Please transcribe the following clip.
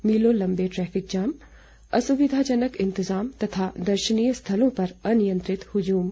मीलों लंबे traffic jam असुविधाजनक इंतजाम तथा दर्शनीय स्थलों पर अनियंत्रित हुजूम